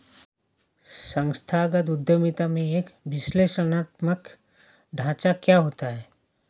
संस्थागत उद्यमिता में एक विश्लेषणात्मक ढांचा क्या होता है?